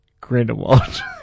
Grindelwald